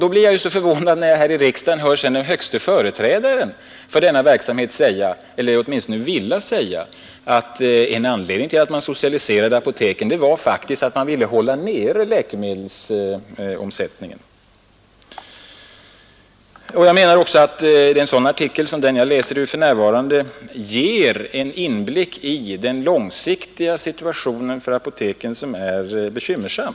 Därför blir jag så förvånad när jag sedan här i riksdagen hör den högste företrädaren för denna verksamhet säga — eller åtminstone vilja säga — att en anledning till att man socialiserade apoteken faktiskt var att man ville hålla läkemedelsomsättningen nere. Den artikel jag talar om ger en inblick i att den långsiktiga situationen för apoteken är bekymmersam.